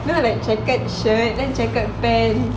no like checkered shirt then checkered pants